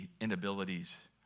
inabilities